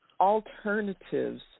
alternatives